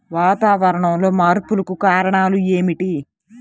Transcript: వాతావరణంలో మార్పులకు కారణాలు ఏమిటి?